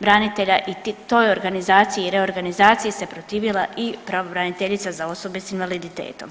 branitelja i toj organizaciji i reorganizaciji se protivila i pravobraniteljica za osobe s invaliditetom.